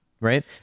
Right